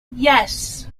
yes